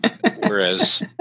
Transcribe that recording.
Whereas